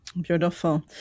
Beautiful